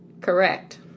Correct